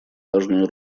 важную